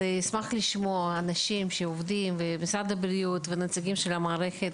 אז אשמח לשמוע אנשים שעובדים ומשרד הבריאות ונציגים של המערכת.